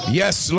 yes